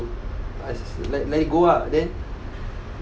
let it go lah then